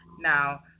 Now